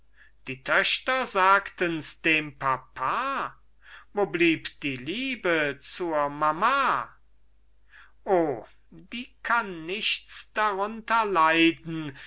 die töchter sagtens dem papa wo blieb die liebe zur mama oh die kann nichts darunter leiden